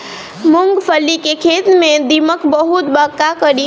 मूंगफली के खेत में दीमक बहुत बा का करी?